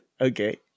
Okay